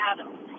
Adams